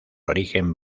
origen